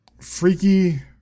Freaky